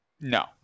No